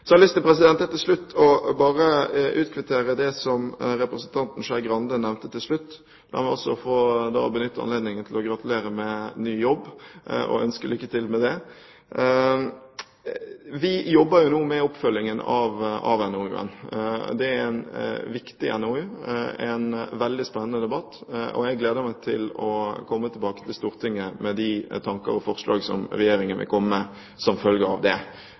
har jeg lyst til bare å utkvittere det som representanten Skei Grande nevnte til slutt. La meg også få benytte anledningen til å gratulere med ny jobb og ønske lykke til med den. Vi jobber nå med oppfølging av NOU-en. Det er en viktig NOU, en veldig spennende debatt. Jeg gleder meg til å komme tilbake til Stortinget med de tanker og forslag som Regjeringen vil komme med som følge av det. Det er noe vi jobber med i departementet nå. Jeg vil ikke anslå nøyaktig når det